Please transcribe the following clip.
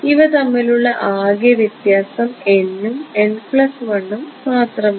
ഇവ തമ്മിലുള്ള ആകെ വ്യത്യാസം n ഉം n1 ഉം മാത്രമാണ്